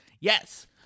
Yes